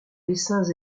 dessins